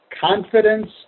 confidence